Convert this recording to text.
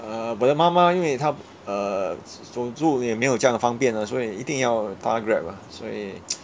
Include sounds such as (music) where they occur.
err 我的妈妈因为她 uh 走路也没有这样的方便的所以一定要搭 grab ah 所以 (noise)